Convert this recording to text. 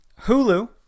Hulu